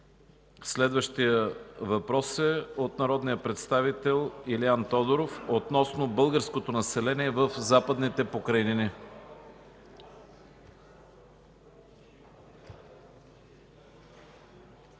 Следващият въпрос е от народния представител Илиан Тодоров относно българското население в Западните покрайнини.